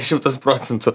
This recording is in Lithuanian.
šimtas procentų